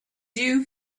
you